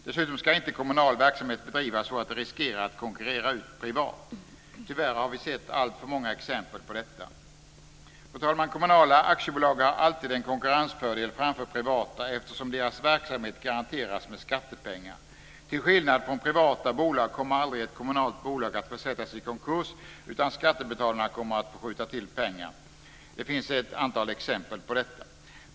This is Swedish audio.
Dessutom ska inte kommunal verksamhet bedrivas så att den riskerar att konkurrera ut privat. Tyvärr har vi sett alltför många exempel på detta. Fru talman! Kommunala aktiebolag har alltid en konkurrensfördel framför privata, eftersom deras verksamhet garanteras med skattepengar. Till skillnad från privata bolag kommer aldrig ett kommunalt bolag att försättas i konkurs, utan skattebetalarna kommer att få skjuta till pengar. Det finns ett antal exempel på detta.